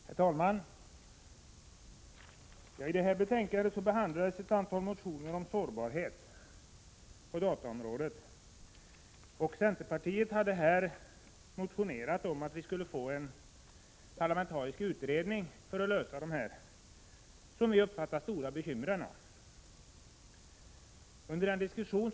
Herr talman! I detta betänkande behandlas ett antal motioner om sårbarhet på dataområdet. Centerpartiet har i sin motion föreslagit en parlamentarisk utredning för lösande av de, som vi uppfattar det, bekymmersamma frågorna i detta sammanhang.